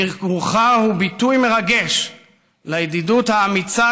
ביקורך הוא ביטוי מרגש לידידות האמיצה